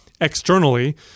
externally